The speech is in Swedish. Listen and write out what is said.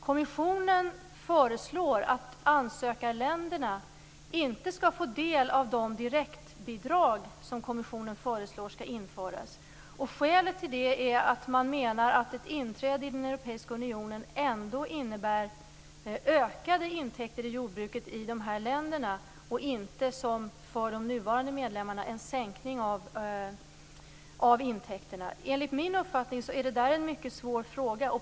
Kommissionen föreslår att ansökarländerna inte skall få del av de direktbidrag som kommissionen föreslår skall införas. Skälet till det är att man menar att ett inträde i Europeiska unionen ändå innebär ökade intäkter i jordbruket i de här länderna och inte som för de nuvarande medlemmarna en sänkning av intäkterna. Enligt min uppfattning är det där en mycket svår fråga.